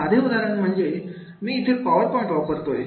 साधे उदाहरण म्हणजे मी इथे पावर पॉइंट वापरतोय